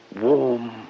warm